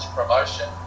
promotion